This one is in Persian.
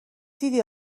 دیدی